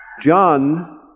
John